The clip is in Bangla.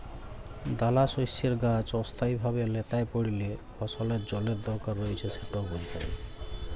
দালাশস্যের গাহাচ অস্থায়ীভাবে ল্যাঁতাই পড়লে ফসলের জলের দরকার রঁয়েছে সেট বুঝায়